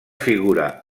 figura